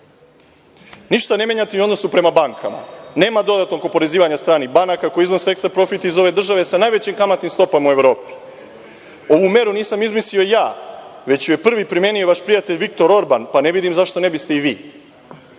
ne menjate ni u odnosu prema bankama. Nema dodatnog oporezivanja stranih banaka koje iznose ekstra profit iz ove države sa najvećim kamatnim stopama u Evropi. Ovu meru nisam izmislio ja, već ju je prvi primenio vaš prijatelj Viktor Orban, pa ne vidim zašto ne biste i